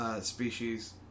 Species